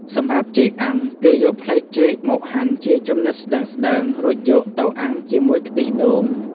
សម្រាប់ចេកអាំង គេយកផ្លែចេកខ្ចីមកហាន់ជាចំណិតស្តើងៗ រួចយកទៅអាំងជាមួយខ្ទិះដូង។